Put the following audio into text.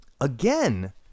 Again